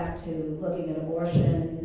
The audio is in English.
back to looking at abortion